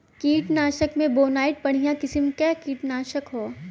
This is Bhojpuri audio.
कीटनाशक में बोनाइट बढ़िया किसिम क कीटनाशक हौ